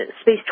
space